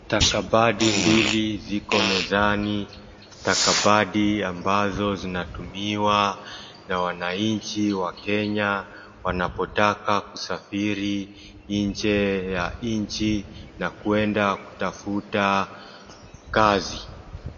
Stakabadhi mbili ziko mezani, stakabadhi ambazo zinatumiwa na wananchi wa Kenya wanapotaka kusafiri nje ya nchi na kuenda kutafuta kazi.